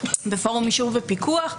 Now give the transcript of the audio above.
בפורום אישור ופיקוח,